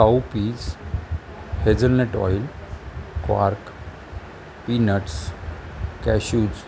cow pees hazelnut oil quark peanuts cashews